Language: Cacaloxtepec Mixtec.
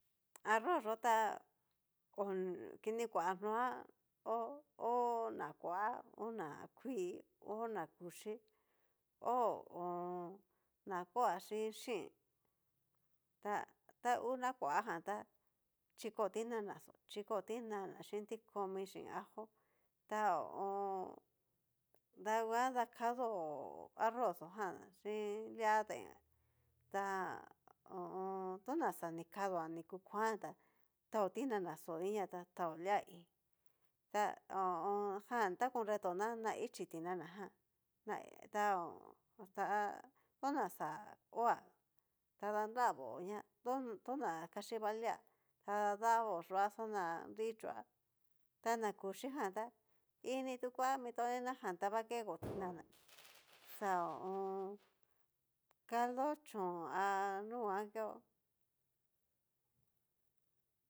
Arroz yó ta oni kini kua noá hó, hó na kua, ho na kuii, ho nakuxhí, ho o on. na kua chín xhín, ta tangua na kuajan tá chiko tinanaxó, xhiko tinana, xhin tikomi, xhin ajo tá ho o on. danguan dakadó arroz xó jan xin lia deen, ha ho o on. tana xani kadoa ni ku kuantá taó tinana xó inia ta taó lia i'in ta ho o on. ta jan ta konreto nana ichí tinana ján ta ho ta ona xa hoá ta danravoña, tona kaxhi va lia ta dadavo yuá xa na nri choá, tana kuchijan tá ini kua mitoni ta jan ta va kego tinana xa ho o on. caldo chón a nunguan keó.